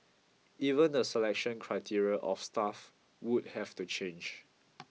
even the selection criteria of staff would have to change